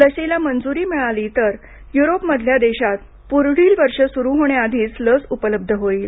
लसीला मंजूरी मिळाली तर युरोपमधल्या देशात पुढील वर्ष सुरू होण्याआधीच लस उपलब्ध होईल